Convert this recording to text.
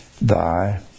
thy